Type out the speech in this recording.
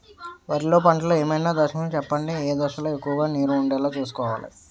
వరిలో పంటలు ఏమైన దశ లను చెప్పండి? ఏ దశ లొ ఎక్కువుగా నీరు వుండేలా చుస్కోవలి?